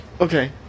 Okay